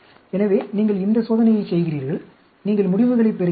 எனவே நீங்கள் இந்த சோதனையைச் செய்கிறீர்கள் நீங்கள் முடிவுகளைப் பெறுகின்றீர்கள்